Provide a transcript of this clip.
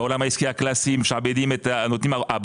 בעולם העסקי הקלאסי- -- נותן ערובה.